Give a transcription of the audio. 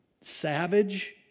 savage